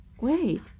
Wait